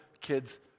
kid's